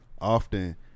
often